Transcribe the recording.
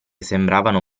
sembravano